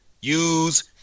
use